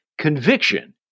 conviction